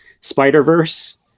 spider-verse